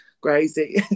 crazy